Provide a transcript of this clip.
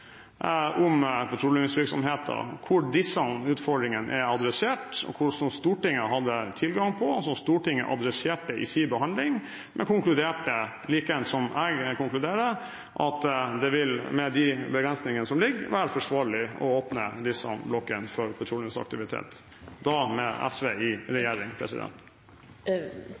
om petroleumsvirksomheten, hvor disse utfordringene er adressert, og som Stortinget hadde tilgang på. Stortinget adresserte disse i sin behandling, men konkluderte – likeens som meg – med at det med de begrensningene som finnes, vil være forsvarlig å åpne disse blokkene for petroleumsaktivitet. Da var SV i regjering.